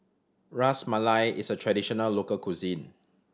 Ras Malai is a traditional local cuisine